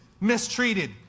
mistreated